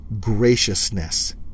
graciousness